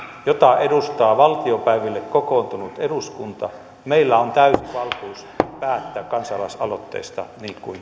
jota edustaa valtiopäiville kokoontunut eduskunta meillä on täysi valtuus päättää kansalaisaloitteesta niin kuin